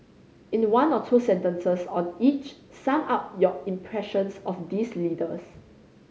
in one or two sentences on each sum up your impressions of these leaders